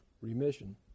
remission